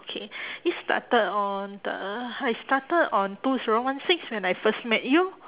okay it started on the I started on two zero one six when I first met you